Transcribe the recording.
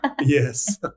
yes